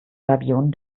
gabionen